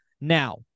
Now